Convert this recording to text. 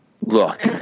Look